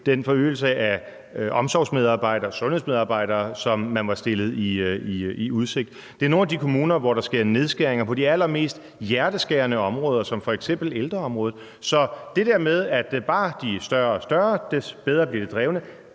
den forøgelse af omsorgsmedarbejdere og sundhedsmedarbejdere, som man var stillet i udsigt. Det er nogle af de kommuner, hvor der sker nedskæringer på de allermest hjerteskærende områder som f.eks. ældreområdet. Så det der med, at jo større og større de er, des bedre bliver de drevne,